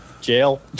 jail